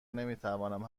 نمیتوانم